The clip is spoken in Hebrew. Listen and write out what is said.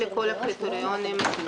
לעניין סעיף